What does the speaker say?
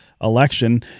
election